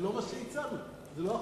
זה לא מה שהצענו, זה לא החוק.